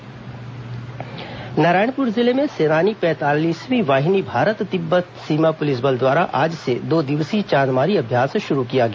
नारायणपुर चांदमारी नारायणपुर जिले में सेनानी पैंतालीसवीं वाहिनी भारत तिब्बत सीमा पुलिस बल द्वारा आज से दो दिवसीय चांदमारी अभ्यास शुरू किया गया